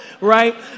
right